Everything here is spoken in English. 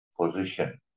Position